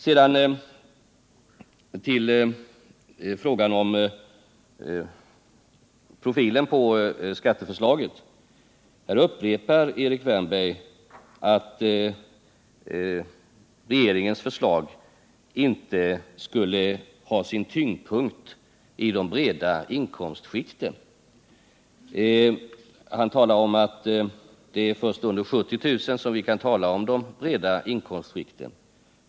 Sedan till frågan om skatteförslagets profil. Erik Wärnberg upprepade att regeringens förslag inte skulle ha sin tyngdpunkt i de breda inkomstskikten. Han sade att det är först under 70 000 kr. som vi kan tala om de breda inkomstskikten.